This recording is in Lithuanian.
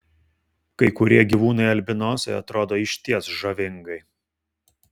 kai kurie gyvūnai albinosai atrodo išties žavingai